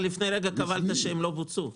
לפני רגע קבלת שהן לא בוצעו,